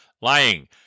lying